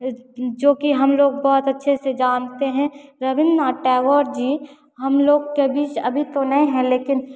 जोकि हमलोग बहुत अच्छे से जानते हैं रवीन्द्र नाथ टैगोर जी हमलोग के बीच अभी तो नहीं हैं लेकिन